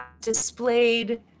displayed